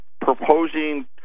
proposing